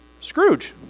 Scrooge